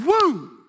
woo